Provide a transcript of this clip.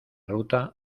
ruta